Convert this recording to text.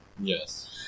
Yes